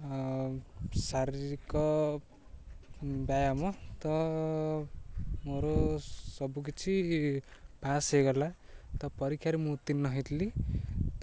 ଶାରୀରିକ ବ୍ୟାୟାମ ତ ମୋର ସବୁକିଛି ପାସ୍ ହେଇଗଲା ତ ପରୀକ୍ଷାରେ ମୁଁ ଉତ୍ତୀର୍ଣ୍ଣ ହେଇଥିଲି